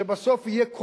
שבסוף יהיה,